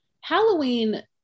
Halloween